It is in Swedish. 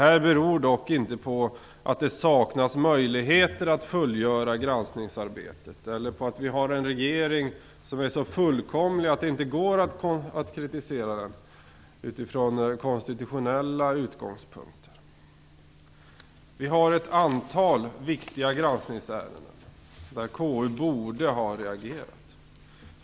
Detta beror dock inte på att det saknas möjligheter att fullgöra granskningsarbetet eller på att vi har en regering som är så fullkomlig att det inte går att kritisera den utifrån konstitutionella utgångspunkter. Vi har ett antal viktiga granskningsärenden där KU borde ha reagerat.